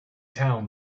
town